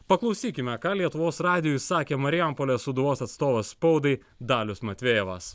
paklausykime ką lietuvos radijui sakė marijampolės sūduvos atstovas spaudai dalius matvejevas